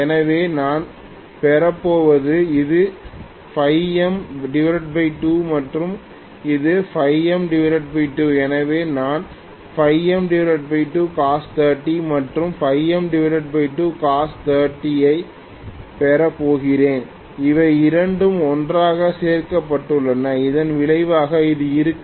எனவே நான் பெறப்போவது இது m2 மற்றும் இது m2 எனவே நான் m2cos 30 மற்றும் m2cos 30 ஐப் பெறப் போகிறேன் இவை இரண்டும் ஒன்றாக சேர்க்கப்பட்டுள்ளன இதன் விளைவாக இது இருக்கும்